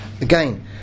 again